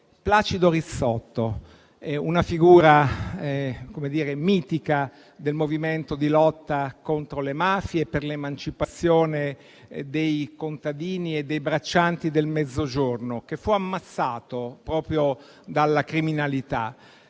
Placido Rizzotto, una figura mitica del movimento di lotta contro le mafie e per l'emancipazione dei contadini e dei braccianti del Mezzogiorno, che fu ammazzato proprio dalla criminalità.